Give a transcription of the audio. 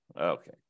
Okay